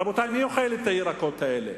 רבותי, מי אוכל את הירקות האלה?